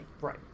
Right